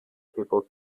people